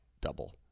double